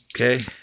Okay